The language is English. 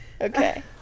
Okay